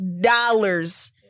dollars